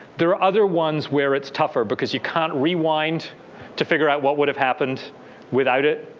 there are other ones where it's tougher, because you can't rewind to figure out what would have happened without it.